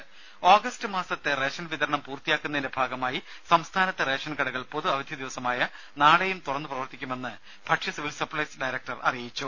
ദേശ ആഗസ്ത് മാസത്തെ റേഷൻ വിതരണം പൂർത്തിയാക്കുന്നതിന്റെ ഭാഗയമായി സംസ്ഥാനത്തെ റേഷൻ കടകൾ പൊതു അവധി ദിവസമായ നാളെയും തുറന്ന് പ്രവർത്തിക്കുമെന്ന് ഭക്ഷ്യ സിവിൽ സപ്ലൈസ് ഡയറക്ടർ അറിയിച്ചു